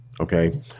Okay